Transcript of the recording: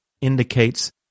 indicates